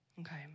okay